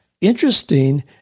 Interesting